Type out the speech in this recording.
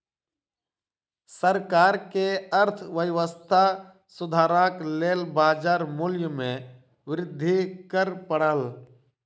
सरकार के अर्थव्यवस्था सुधारक लेल बाजार मूल्य में वृद्धि कर पड़ल